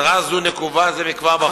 מטרה זו נקובה זה כבר בחוק,